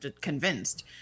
convinced